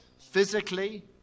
physically